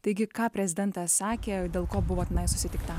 taigi ką prezidentas sakė dėl ko buvo susitikta